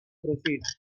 proceed